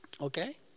Okay